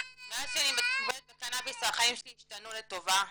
מאז שאני מטופלת בקנאביס החיים שלי השתנו לטובה.